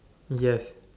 yes